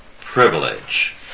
privilege